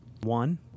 One